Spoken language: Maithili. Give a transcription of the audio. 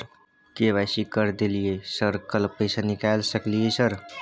के.वाई.सी कर दलियै सर कल पैसा निकाल सकलियै सर?